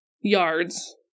yards